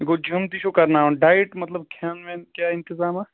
گوٚو جِم تہِ چھُو کَرناوان ڈایٹ مطلب کھٮ۪ن وٮ۪ن کیٛاہ انتظامہ